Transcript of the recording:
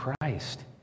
Christ